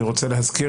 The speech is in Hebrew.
אני רוצה להזכיר